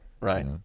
right